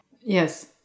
Yes